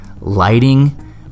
Lighting